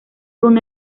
con